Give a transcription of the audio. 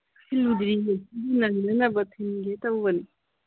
ꯊꯤꯜꯂꯨꯗ꯭ꯔꯤ ꯑꯗꯨꯝ ꯅꯪꯅꯅꯕ ꯊꯤꯟꯒꯦ ꯇꯧꯕꯅꯤ